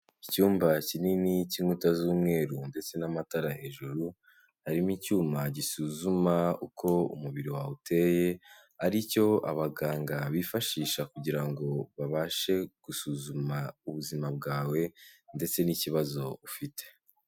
Icyumba kinini k'inkuta z'umweru ndetse n'amatara hejuru, harimo icyuma gisuzuma uko umubiri wawe uteye, aricyo abaganga bifashisha kugira ngo babashe gusuzuma ubuzima bwawe ndetse n'ikibazo ufite.